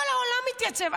כל העולם התייצב,